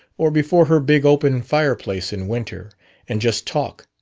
or before her big open fireplace in winter and just talk,